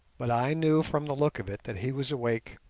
but i knew from the look of it that he was awake,